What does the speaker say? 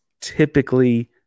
typically